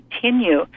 continue